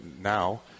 now